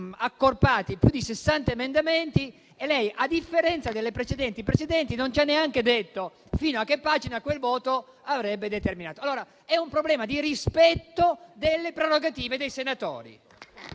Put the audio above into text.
accorpati più di 60 emendamenti e lei, a differenza delle precedenti Presidenze, non ci ha neanche detto fino a che pagina quel voto avrebbe determinato di giungere. Allora, è un problema di rispetto delle prerogative dei senatori.